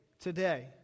today